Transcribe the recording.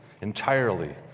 entirely